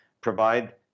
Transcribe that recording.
provide